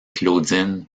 claudine